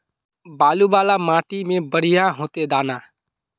बालू वाला माटी में बढ़िया होते दाना?